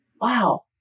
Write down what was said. wow